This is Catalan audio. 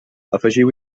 afegiu